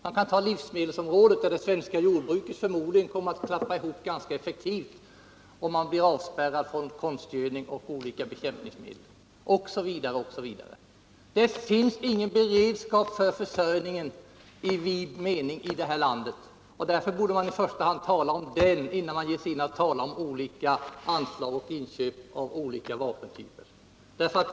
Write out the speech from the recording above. Vi kan ta livsmedelsområdet, där det svenska jordbruket förmodligen kommer att klappa ihop ganska effektivt, om man blir avspärrad från konstgödsel, bekämpningsmedel osv. Det finns ingen beredskap för försörjningen i vid mening i det här landet. Därför borde man i första hand tala om den, innan man ger sig in på att tala om olika anslag och om inköp av olika vapentyper.